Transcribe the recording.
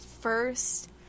first